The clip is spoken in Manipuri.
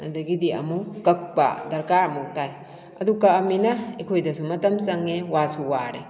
ꯑꯗꯒꯤꯗꯤ ꯑꯃꯨꯛ ꯀꯛꯄ ꯗꯔꯀꯥꯔ ꯑꯃꯨꯛ ꯇꯥꯏ ꯑꯗꯨ ꯀꯛꯂꯃꯤꯅ ꯑꯩꯈꯣꯏꯗꯁꯨ ꯃꯇꯝ ꯆꯪꯉꯦ ꯋꯥꯁꯨ ꯋꯥꯔꯦ